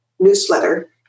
newsletter